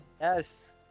Yes